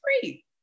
free